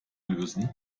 lösen